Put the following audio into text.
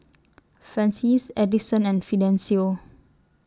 Francies Edison and Fidencio